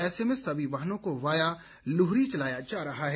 ऐसे में सभी वाहनों को वाया लूहरी चलाया जा रहा है